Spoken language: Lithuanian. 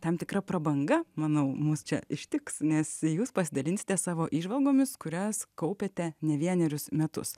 tam tikra prabanga manau mus čia ištiks nes jūs pasidalinsite savo įžvalgomis kurias kaupiate ne vienerius metus